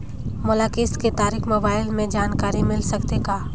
मोला किस्त के तारिक मोबाइल मे जानकारी मिल सकथे का?